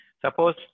suppose